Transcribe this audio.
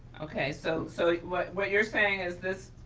okay, so so what what you're saying is this,